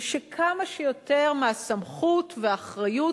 ושכמה שיותר מהסמכות והאחריות